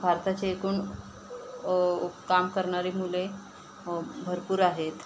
भारताचे एकूण काम करणारी मुले भरपूर आहेत